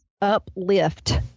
uplift